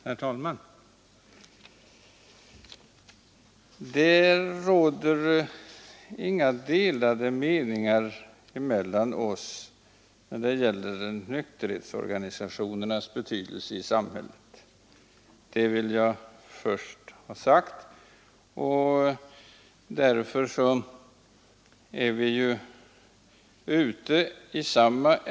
Herr talman! Det råder inga delade meningar mellan oss när det gäller nykterhetsorganisationernas betydelse i samhället, och därför är vi ju alla ute i samma ärende; det vill jag först ha sagt.